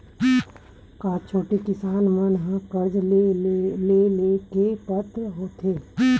का छोटे किसान मन हा कर्जा ले के पात्र होथे?